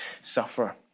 suffer